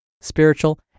spiritual